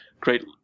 great